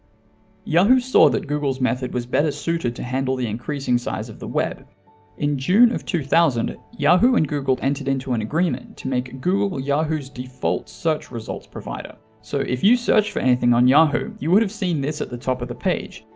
yahoo saw that google's method was better suited to handle the increasing size of the web in june of two thousand and eight, yahoo and google entered into an agreement to make google yahoo's default search results provider. so if you searched for anything on yahoo, you would have seen this at the top of the page.